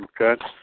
Okay